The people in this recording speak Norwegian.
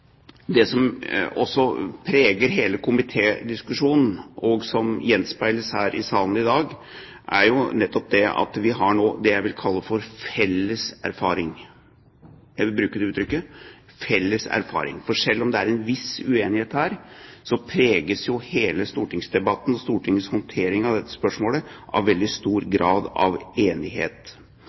det som også preger hele komitédiskusjonen, og som gjenspeiles her i salen i dag, er nettopp det at vi nå har det jeg vil kalle for en felles erfaring – jeg vil bruke det uttrykket. Selv om det er en viss uenighet her, så preges hele stortingsdebatten – Stortingets håndtering av spørsmålet – av veldig stor grad av enighet.